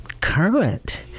current